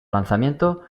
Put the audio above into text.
lanzamiento